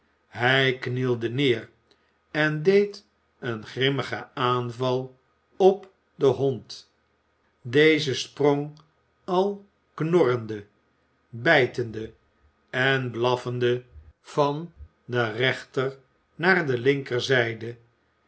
hij knielde neer en deed een grimmigen aanval op den hond deze sprong al knorrende bijtende en blaffende van de rechter naar de linker